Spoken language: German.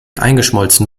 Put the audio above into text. eingeschmolzen